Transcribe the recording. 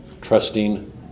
trusting